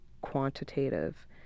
quantitative